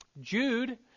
Jude